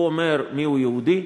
הוא אומר מיהו יהודי,